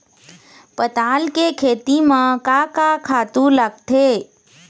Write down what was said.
पताल के खेती म का का खातू लागथे?